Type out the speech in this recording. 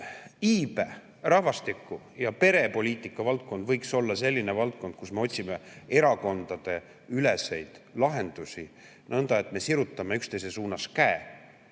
iibe, rahvastiku ja perepoliitika valdkond võiks olla selline valdkond, kus me otsime erakondadeüleseid lahendusi, nõnda et me sirutame üksteise suunas käe,